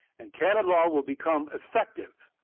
and canon law will become effective,